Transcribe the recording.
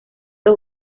dos